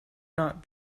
not